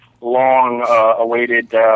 long-awaited